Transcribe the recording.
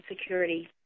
security